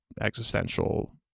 existential